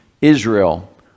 Israel